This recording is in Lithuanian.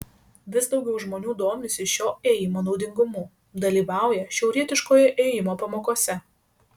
vis daugiau žmonių domisi šio ėjimo naudingumu dalyvauja šiaurietiškojo ėjimo pamokose